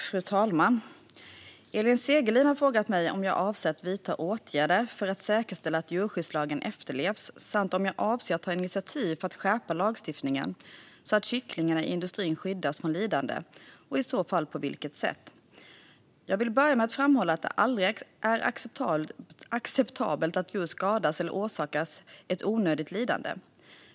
Fru talman! Elin Segerlind har frågat mig om jag avser att vidta åtgärder för att säkerställa att djurskyddslagen efterlevs samt om jag avser att ta initiativ för att skärpa lagstiftningen så att kycklingarna i industrin skyddas från lidande och i så fall på vilket sätt. Jag vill börja med att framhålla att det aldrig är acceptabelt att djur skadas eller orsakas onödigt lidande.